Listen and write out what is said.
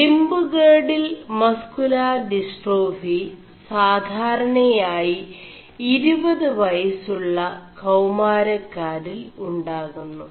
limb girdle muscular dystrophy സാധാരണയായി 20 വയസുø കൌമാര ാരിൽ ഉാകുMു